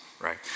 right